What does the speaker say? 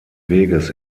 weges